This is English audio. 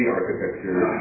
architecture